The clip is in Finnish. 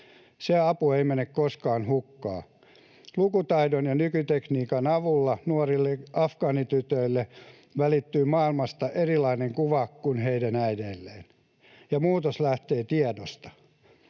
Se apu ei mene koskaan hukkaan. Lukutaidon ja nykytekniikan avulla nuorille afgaanitytöille välittyy maailmasta erilainen kuva kuin heidän äideilleen, ja muutos lähtee tiedosta.